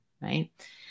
right